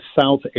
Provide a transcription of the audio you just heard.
South